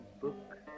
book